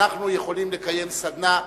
אנחנו יכולים לקיים סדנה,